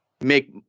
make